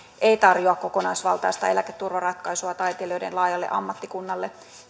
ei tarjoa kokonaisvaltaista eläketurvaratkaisua taitelijoiden laajalle ammattikunnalle